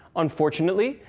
unfortunately,